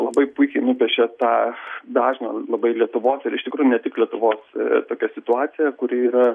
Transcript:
labai puikiai nupiešia tą dažną labai lietuvos ir iš tikrųjų ne tik lietuvos tokią situaciją kuri yra